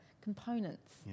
components